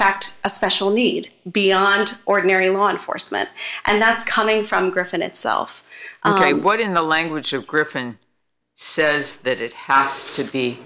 fact a special need beyond ordinary law enforcement and that's coming from griffin itself right what in the language of gryphon says that it has to be